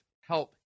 help